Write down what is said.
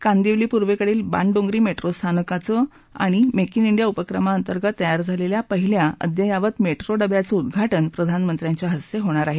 कांदिवली पूर्वेकडील बाणडोंगरी मेट्रोस्थानकाचं आणि मेक इन इंडिया उपक्रमाअंतर्गत तयार झालेल्या पहिल्या अद्यायावत मेट्रो डब्याचं उद्घात्त प्रधानमंत्र्याच्या हस्ते होणार आहे